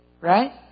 Right